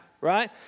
right